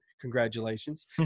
congratulations